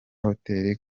hotel